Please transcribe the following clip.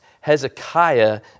Hezekiah